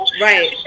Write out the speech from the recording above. right